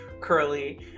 curly